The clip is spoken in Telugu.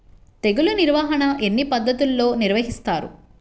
తెగులు నిర్వాహణ ఎన్ని పద్ధతులలో నిర్వహిస్తారు?